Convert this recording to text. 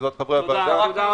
עזרת חברי הוועדה,